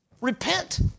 Repent